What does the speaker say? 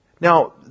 Now